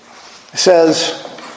says